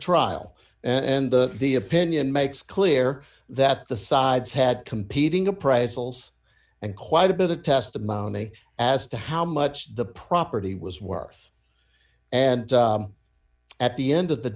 trial and the the opinion makes clear that the sides had competing appraisals and quite a bit of testimony as to how much the property was worth and at the end of the